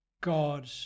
God